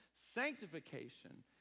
Sanctification